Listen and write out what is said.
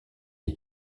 est